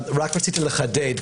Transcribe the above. רציתי לחדד,